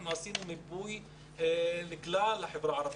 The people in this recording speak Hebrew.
עשינו מיפוי לכלל חברה הערבית.